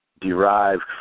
derived